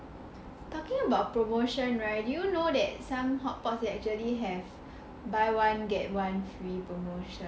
talking about promotion right do you know that some hotpot they actually have buy one get one free promotion